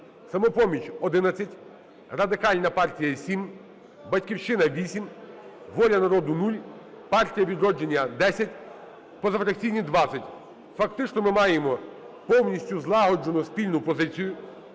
"Самопоміч" – 11, Радикальна партія – 7, "Батьківщина" – 8, "Воля народу" – 0, "Партія "Відродження" – 10, позафракційні – 20. Фактично ми маємо повністю злагоджену, спільну позицію